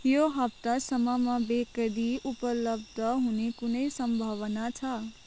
यो हप्तासम्ममा बेकरी उपलब्ध हुने कुनै सम्भावना छ